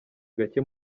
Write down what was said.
gake